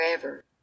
forever